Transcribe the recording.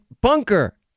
bunker